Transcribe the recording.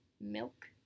Milk